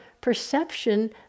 perception